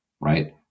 right